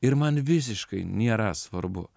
ir man visiškai nėra svarbu